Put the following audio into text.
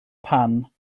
pan